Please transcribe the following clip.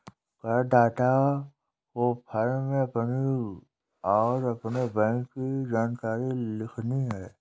करदाता को फॉर्म में अपनी और अपने बैंक की जानकारी लिखनी है